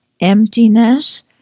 emptiness